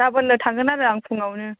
गाबोन्नो थांगोन आरो आं फुङावनो